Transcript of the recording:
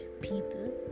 people